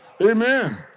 Amen